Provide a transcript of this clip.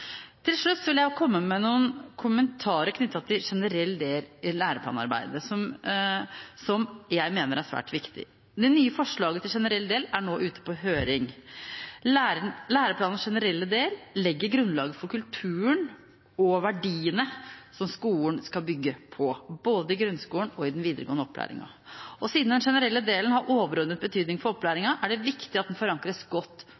Til slutt vil jeg komme med noen kommentarer knyttet til generell del i læreplanarbeidet, som jeg mener er svært viktig. Det nye forslaget til generell del er nå ute på høring. Læreplanens generelle del legger grunnlaget for kulturen og verdiene som skolen skal bygge på, både i grunnskolen og i den videregående opplæringen. Siden den generelle delen har overordnet betydning for opplæringen, er det viktig at den forankres godt